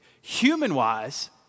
Human-wise